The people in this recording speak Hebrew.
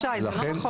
זה לא נכון.